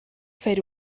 fer